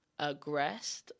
aggressed